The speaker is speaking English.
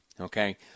Okay